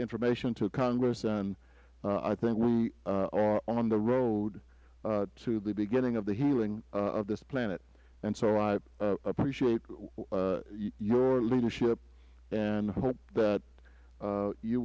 information to congress and i think we are on the road to the beginning of the healing of this planet and so i appreciate your leadership and hope that